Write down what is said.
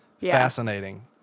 fascinating